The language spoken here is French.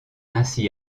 ainsi